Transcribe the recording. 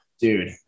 Dude